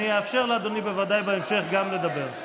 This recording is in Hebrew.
אני אאפשר לאדוני בוודאי בהמשך גם לדבר.